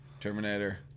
Terminator